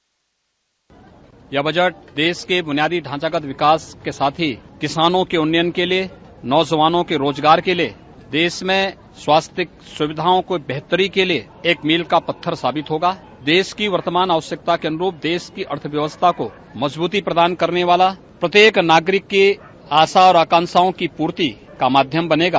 bite यह budget देश के ब्रनियादी ढांचा का विकास के साथ ही किसानों के उन्नयन के लिये नौजवानों के रोजगार के लिये देश में स्वास्थ्य सुविधाओं को बेहतरी के लिये एक मिल का पत्थर साबित होगा देश की वत्तमान आवश्यकता के अनुरूप देश की अर्थव्यवस्था को मजबूती प्रदान करने वाला प्रत्येक नागरिक के आशा और आकांक्षाओं की पूर्ति का माध्यम बनेगा